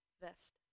vest